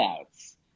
outs